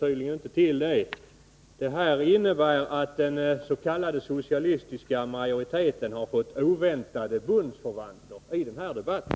Jag vet inte om Nic Grönvall känner till det, men den socialistiska majoriteten har fått oväntade bundsförvanter i den här debatten.